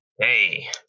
Hey